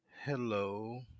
Hello